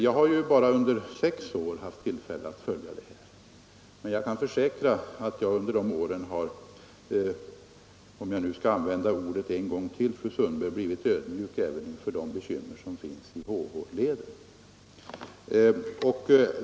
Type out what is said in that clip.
Jag har visserligen bara under sex år haft tillfälle att följa denna utveckling, men jag kan försäkra att jag under de åren — om jag nu skall använda det ordet en gång till, fru Sundberg —- har blivit ödmjuk även inför de bekymmer som är förknippade med HH-leden.